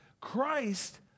Christ